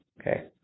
Okay